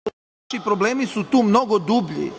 naši problemi su tu mnogo dublji.